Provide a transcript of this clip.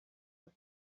was